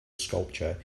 sculpture